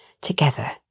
together